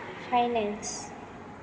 finance